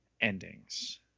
endings